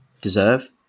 deserve